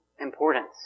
importance